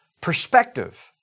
perspective